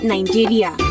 Nigeria